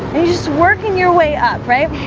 are you just working your way up, right?